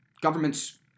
governments